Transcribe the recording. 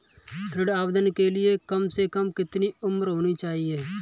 ऋण आवेदन के लिए कम से कम कितनी उम्र होनी चाहिए?